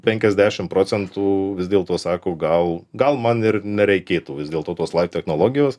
penkiasdešimt procentų vis dėlto sako gal gal man ir nereikėtų vis dėlto tos technologijos